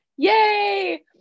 Yay